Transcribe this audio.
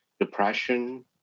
depression